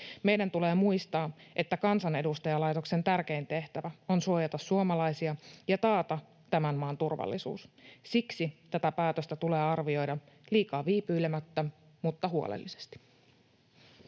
Meidän tulee muistaa, että kansanedustajalaitoksen tärkein tehtävä on suojata suomalaisia ja taata tämän maan turvallisuus. Siksi tätä päätöstä tulee arvioida liikaa viipyilemättä, mutta huolellisesti.